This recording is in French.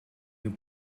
nous